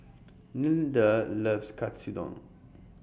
Nilda loves Katsudon